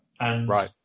Right